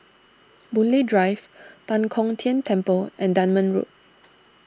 Boon Lay Drive Tan Kong Tian Temple and Dunman Road